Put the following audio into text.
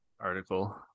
article